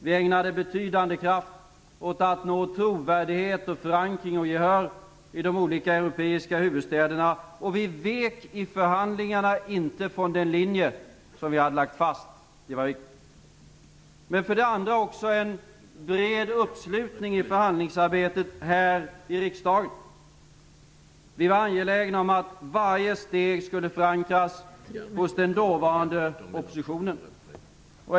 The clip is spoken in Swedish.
Vi ägnade betydande kraft åt att nå trovärdighet, förankring och gehör i de olika europeiska huvudstäderna. Vi vek i förhandlingarna inte från den linje som vi hade lagt fast. För det andra var det också en bred uppslutning i förhandlingsarbetet här i riksdagen. Vi var angelägna om att varje steg skulle förankras hos den dåvarande oppositionen.